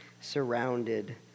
surrounded